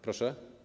Proszę?